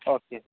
okay